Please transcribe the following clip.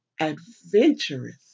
adventurous